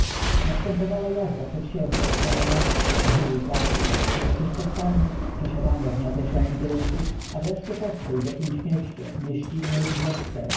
ała jazda przed siebie po om acku na chybił trafił jakieś przestanki przesiadania w nieokreślonym kierunku a wreszcie postój w jakiem ś mieście m ieścinie lub wiosce